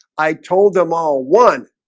i told them all one